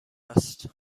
است